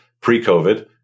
pre-COVID